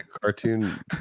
cartoon